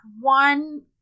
one